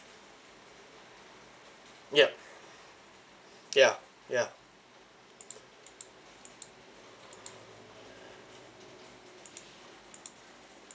yup ya ya